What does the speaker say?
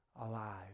alive